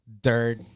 dirt